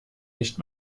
nicht